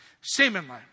Seemingly